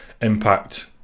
impact